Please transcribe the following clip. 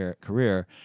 career